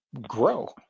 grow